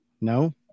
No